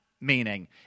meaning